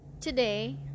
today